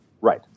Right